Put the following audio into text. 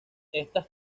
estas